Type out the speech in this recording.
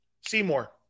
Seymour